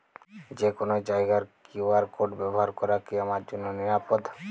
যে কোনো জায়গার কিউ.আর কোড ব্যবহার করা কি আমার জন্য নিরাপদ?